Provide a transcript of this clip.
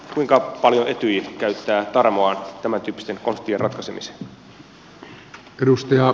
kuinka paljon etyj käyttää tarmoaan tämäntyyppisten konfliktien ratkaisemiseen